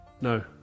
No